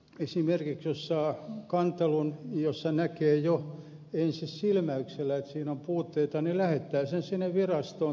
esimerkiksi jos saa kantelun josta näkee jo ensisilmäyksellä että siinä on puutteita niin lähettää sen sinne virastoon